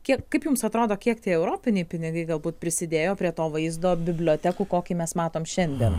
kiek kaip jums atrodo kiek tie europiniai pinigai galbūt prisidėjo prie to vaizdo bibliotekų kokį mes matom šiandien